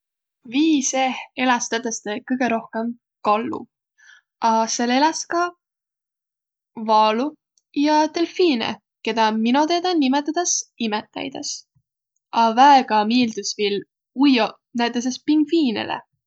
Vii seeh eläs tõtõstõ kõgõ rohkõmb kallu. A sääl eläs ka vaalu ja delfiine, kedä mino teedäq nimetedäs imetäjides. A väega miildüs ujjoq viil näütüses pingviinele.